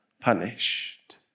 punished